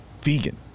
Vegan